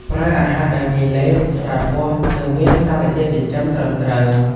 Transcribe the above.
ប្រើអាហារដែលងាយលេប ស្រាលពោះ និងមានសារជាតិចិញ្ចឹមត្រឹមត្រូវ។